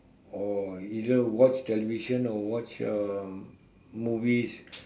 or either watch television or watch um movies